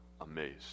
amazed